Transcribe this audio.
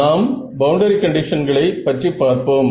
நான் பவுண்டரி கண்டிஷன்களை பற்றி பார்ப்போம்